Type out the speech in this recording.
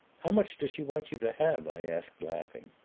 how much does she want you to have? i asked, laughing.